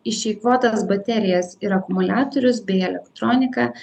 išeikvotas baterijas ir akumuliatorius bei elektroniką